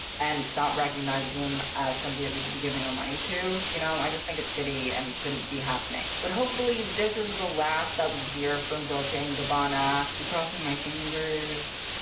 and stop recognizing them as something that we should be giving our money to you know, i just think it's shitty and shouldn't be happening. but hopefully this is the last that we hear from dolce and gabbana. i'm crossing my fingers.